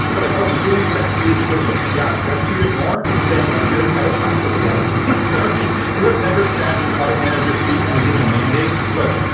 but like oh! but you only spent two years at facebook. yeah, that's two years more than like your entire class put together. sorry. you have never sat in a product manager seat and given a mandate. look,